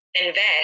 invest